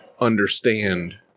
understand